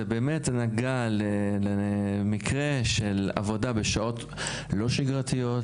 במקרים מוצדקים זה באמת נגע למקרה של עבודה בשעות לא שגרתיות,